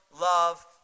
love